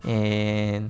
and